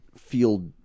feel